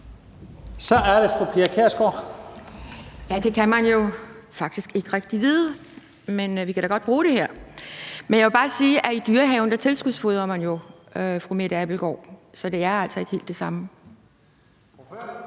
Kl. 17:57 Pia Kjærsgaard (DF): Det kan man jo faktisk ikke rigtig vide, men vi kan da godt bruge det her. Jeg vil bare sige, at i Dyrehaven tilskudsfodrer man jo, fru Mette Abildgaard, så det er altså ikke helt det samme.